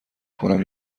کنم